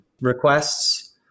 requests